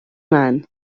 man